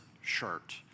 shirt